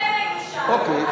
אז שיירגע, אוקיי.